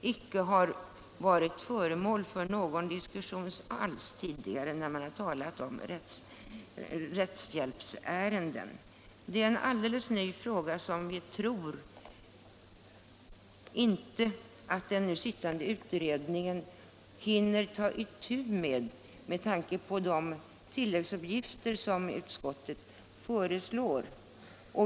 inte har varit föremål för någon diskussion alls när man tidigare har talat om rättshjälpsärenden. Det är en alldeles ny fråga, och vi tror inte att den nu sittande utredningen hinner ta itu med den med tanke på de tilläggsuppgifter som utskottet föreslår.